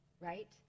right